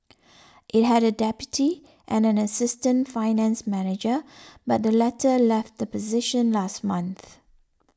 it had a deputy and an assistant finance manager but the latter left the position last month